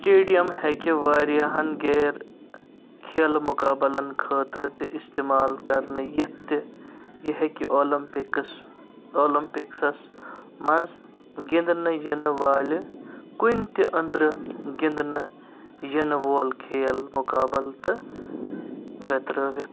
stadium ہیٚكہِ واریاہن غیر کھیلہٕ مُقابلَن خٲطرٕ تہِ استعمال کٔرنہٕ یِتھ تہِ یہِ ہیٚکہِ اولمپکٕس اولَمپکسَس مَنٛز گنٛدنہٕ یِنہٕ وٲلہِ کُنہِ تہِ أنٛدرٕ گِنٛدنہٕ ینہٕ وول كھیل مقابلہٕ تہٕ ویٚترٲیِتھ